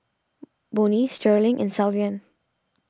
Bonnie Sterling and Sylvan